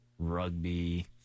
Rugby